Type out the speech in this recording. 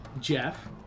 Jeff